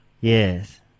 Yes